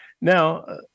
now